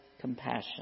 compassion